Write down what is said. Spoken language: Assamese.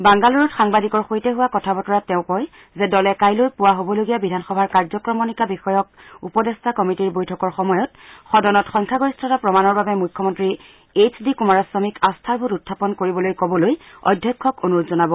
বাংগালুৰুত সাংবাদিকৰ সৈতে হোৱা কথা বতৰাত তেওঁ কয় যে দলে কাইলৈ পুৱা হবলগীয়া বিধানসভাৰ কাৰ্যক্ৰমণিকা বিষয়ক উপদেষ্টা কমিটীৰ বৈঠকৰ সময়ত সদনত সংখ্যাগৰিষ্ঠতা প্ৰমাণৰ বাবে মুখ্যমন্ত্ৰী এইছডি কুমাৰাস্বামীক আস্থাৰ ভোট উখাপন কৰিবলৈ ক বলৈ অধ্যক্ষক অনূৰোধ জনাব